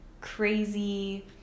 crazy